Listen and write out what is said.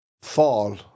fall